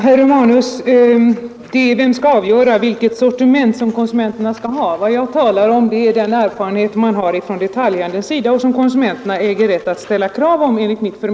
Herr talman! När det gäller vem som bör avgöra vilket sortiment konsumenterna skall ha, herr Romanus, talar jag om den erfarenhet man har inom detaljhandeln, och det är detta som konsumenterna enligt mitt förmenande borde ha rätt att ställa krav på.